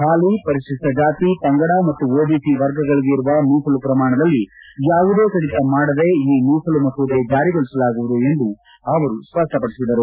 ಪಾಲಿ ಪರಿಶಿಷ್ಟ ಜಾತಿ ಪಂಗಡ ಮತ್ತು ಒಬಿಸಿ ವರ್ಗಗಳಿಗೆ ಇರುವ ಮೀಸಲು ಪ್ರಮಾಣದಲ್ಲಿ ಯಾವುದೇ ಕಡಿತ ಮಾಡದೆ ಈ ಮೀಸಲು ಮಸೂದೆ ಜಾರಿಗೊಳಿಸಲಾಗುವುದು ಎಂದು ಅವರು ಸ್ಪಷ್ಟಪಡಿಸಿದರು